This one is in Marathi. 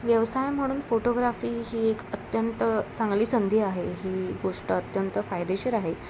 व्यवसाय म्हणून फोटोग्राफी ही एक अत्यंत चांगली संधी आहे ही गोष्ट अत्यंत फायदेशीर आहे